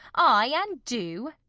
ay, and do.